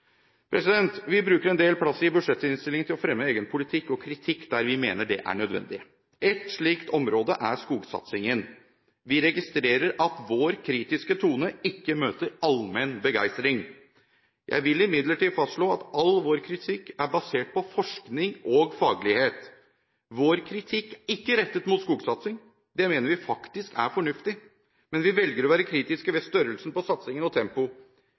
Vi bruker en del plass i budsjettinnstillingen på å fremme egen politikk og kritikk der vi mener det er nødvendig. Ett slikt område er skogsatsingen. Vi registrerer at vår kritiske tone ikke møter allmenn begeistring. Jeg vil imidlertid fastslå at all vår kritikk er basert på forskning og faglighet. Vår kritikk er ikke rettet mot skogsatsing – det mener vi faktisk er fornuftig – men vi velger å være kritiske til størrelsen på satsingen og